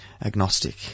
agnostic